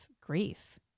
grief